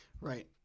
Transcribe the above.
right